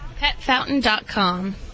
PetFountain.com